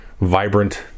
vibrant